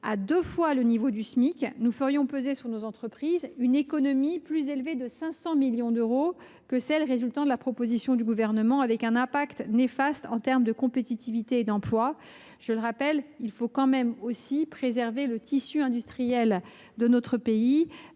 à deux fois le niveau du Smic, nous ferions peser sur nos entreprises un effort plus élevé de 500 millions d’euros que celui résultant de la proposition du Gouvernement, avec un impact néfaste en termes de compétitivité et d’emploi. Il est essentiel de préserver le tissu industriel de notre pays.